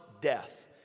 death